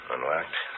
Unlocked